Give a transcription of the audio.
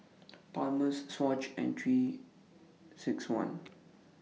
Palmer's Swatch and three six one